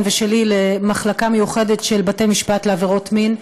ושלי למחלקה מיוחדת של בתי-משפט לעבירות מין,